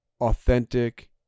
authentic